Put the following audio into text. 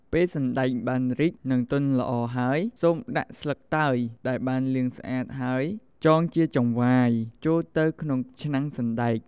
ពេលសណ្ដែកបានរីក និងទន់ល្អហើយ សូមដាក់ ស្លឹកតើយ ដែលបានលាងស្អាតហើយចងជាចង្វាយចូលទៅក្នុងឆ្នាំងសណ្ដែក។